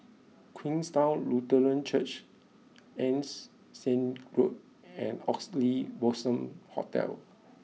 Queenstown Lutheran Church Ann's Siang Road and Oxley Blossom Hotel